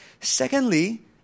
Secondly